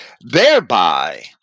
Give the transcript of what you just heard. thereby